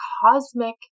cosmic